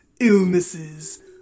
illnesses